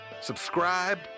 subscribe